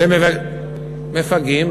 מפגעים.